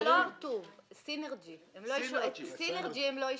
את סינרג'י הם לא אישרו.